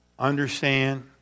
Understand